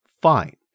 fine